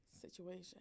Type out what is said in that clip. situation